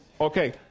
Okay